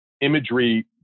imagery